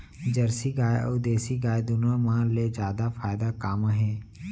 Jersey गाय अऊ देसी गाय दूनो मा ले जादा फायदा का मा हे?